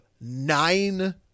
nine